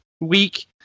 week